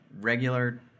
regular